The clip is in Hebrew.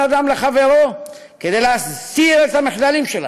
אדם לחברו כדי להסתיר את המחדלים שלכם.